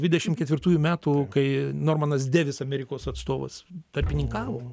dvidešim ketvirtųjų metų kai normanas devis amerikos atstovas tarpininkavo